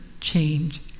change